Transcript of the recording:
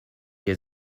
hier